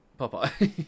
Popeye